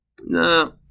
no